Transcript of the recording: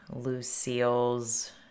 lucille's